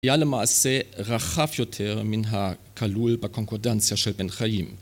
היה למעשה רחב יותר מן הכלול בקונקודנציה של בן חיים.